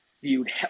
viewed